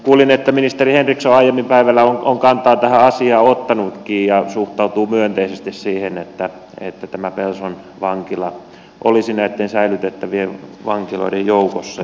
kuulin että ministeri henriksson aiemmin päivällä on kantaa tähän asiaan ottanutkin ja suhtautuu myönteisesti siihen että pelson vankila olisi näitten säilytettävien vankiloiden joukossa